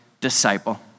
disciple